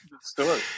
story